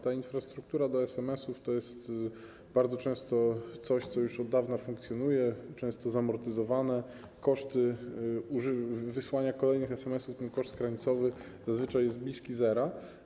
Ta infrastruktura dla SMS-ów to jest bardzo często coś, co już od dawna funkcjonuje, często jest zamortyzowane, a koszty wysyłania kolejnych SMS-ów, ten koszt krańcowy zazwyczaj jest bliski zeru.